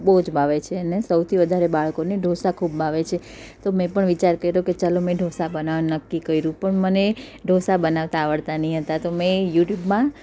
બહુ જ ભાવે છે અને સૌથી વધારે બાળકોને ઢોંસા ખૂબ ભાવે છે તો મેં પણ વિચાર કર્યો કે ચલો મેં ઢોંસા બનાવાનો નક્કી કર્યું પણ મને ઢોંસા બનાવતા આવડતા નહિ હતા તો મેં યૂટ્યૂબમાં